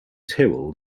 tyrrell